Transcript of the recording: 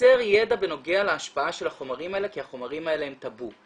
חסר ידע בנוגע להשפעה של החומרים האלה כי החומרים האלה הם טאבו.